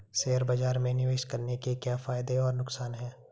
Share बाज़ार में निवेश करने के क्या फायदे और नुकसान हैं?